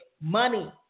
money